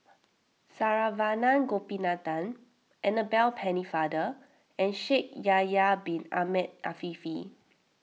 Saravanan Gopinathan Annabel Pennefather and Shaikh Yahya Bin Ahmed Afifi